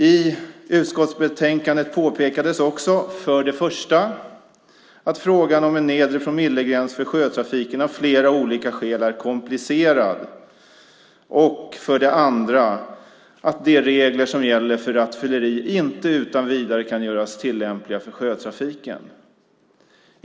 I utskottsbetänkandet påpekades också för det första att frågan om en nedre promillegräns för sjötrafiken av flera olika skäl är komplicerad och för det andra att de regler som gäller för rattfylleri inte utan vidare kan göras tillämpliga för sjötrafiken.